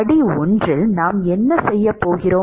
படி 1 நாம் என்ன செய்கிறோம்